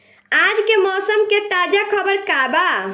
आज के मौसम के ताजा खबर का बा?